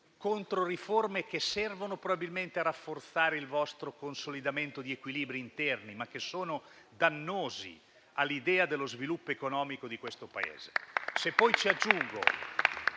controriforme che servono probabilmente a rafforzare il vostro consolidamento di equilibri interni, ma che sono dannose all'idea dello sviluppo economico di questo Paese.